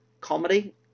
comedy